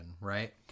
Right